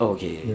Okay